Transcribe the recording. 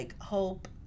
hope